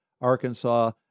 Arkansas